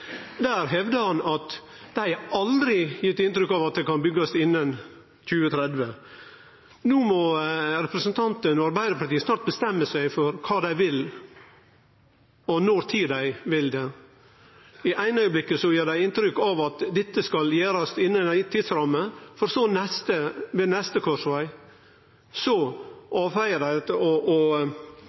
der dei hevdar at intercityutbygginga skal gjerast innan 2030. Men i intervjuet han gir til E24, hevdar han at dei aldri har gitt inntrykk av at det kan byggjast innan 2030. No må representanten og Arbeidarpartiet snart bestemme seg for kva dei vil, og når dei vil det. I den eine augeblinken gir dei inntrykk av at dette skal gjerast innan ei tidsramme, men ved neste korsveg avfeiar dei